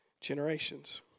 generations